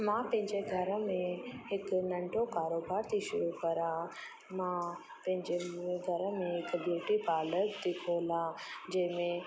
मां पंहिंजे घर में हिकु नंढो कारोबार थी शुरू करा मां पंहिंजे घर में हिकु ब्यूटी पालर थी खोला जंहिं में